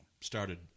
started